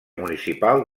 municipal